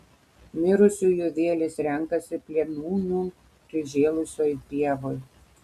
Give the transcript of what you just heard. mirusiųjų vėlės renkasi plėnūnių prižėlusioj pievoj